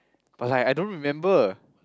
but like I don't remember